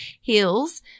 heels